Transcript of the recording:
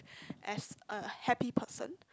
as a happy person